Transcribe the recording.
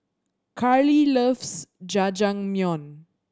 Karli loves Jajangmyeon